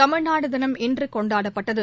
தமிழ்நாடு தினம் இன்று கொண்டாடப்பட்டது